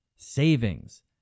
Savings